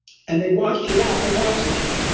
and they washed it out with oxygen,